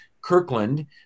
Kirkland